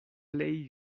plej